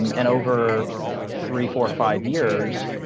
um and over three, four, five years,